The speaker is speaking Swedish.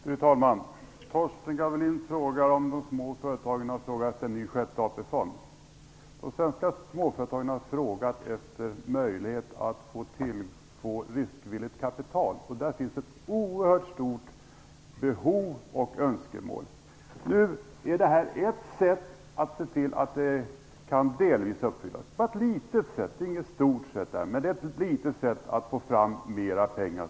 Fru talman! Torsten Gavelin frågade om de små företagen har efterfrågat en sjätte AP-fond. De har frågat efter möjlighet att få riskvilligt kapital. Behoven och önskemålen är oerhört stora. Detta är bara ett sätt att delvis uppfylla de önskemålen. Det är inget stort sätt utan bara ett litet sätt att få fram mera pengar.